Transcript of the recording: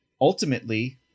ultimately